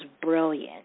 brilliant